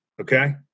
okay